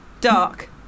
Dark